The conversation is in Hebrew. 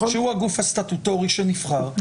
שהוא הגוף הסטטוטורי שנבחר,